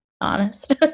honest